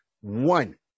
one